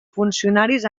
funcionaris